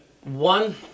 One